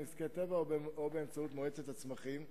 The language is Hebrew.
לביטוח נזקי טבע או באמצעות מועצת הצמחים.